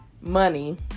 money